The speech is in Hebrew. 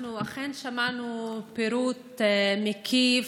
אנחנו אכן שמענו פירוט מקיף,